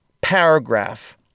paragraph